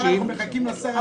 הוא אמר: אנחנו מחכים לשר הבא.